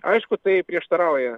aišku tai prieštarauja